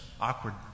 awkward